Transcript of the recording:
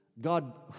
God